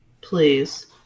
Please